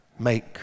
make